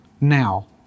Now